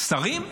שרים,